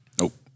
Nope